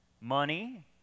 money